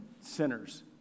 sinners